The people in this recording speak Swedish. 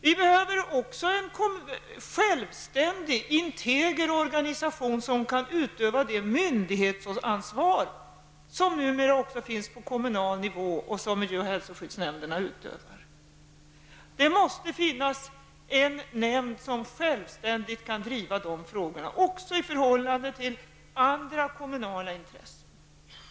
Det behövs också en självständig, integer organisation som kan utöva det myndighetsansvar som numera också finns på kommunal nivå. Det måste finnas en nämnd som självständigt kan driva sådana frågor också i förhållande till andra kommunala intressen.